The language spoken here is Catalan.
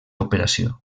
operació